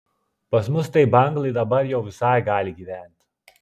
pas mus tai banglai dabar jau visai gali gyvent